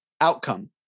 outcome